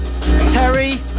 Terry